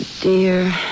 dear